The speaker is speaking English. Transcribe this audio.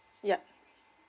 yup